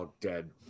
dead